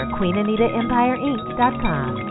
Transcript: QueenAnitaEmpireInc.com